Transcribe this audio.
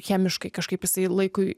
chemiškai kažkaip jisai laikui